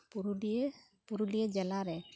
ᱯᱩᱨᱩᱞᱤᱭᱟᱹ ᱯᱩᱨᱩᱞᱤᱭᱟᱹ ᱡᱮᱞᱟ ᱨᱮ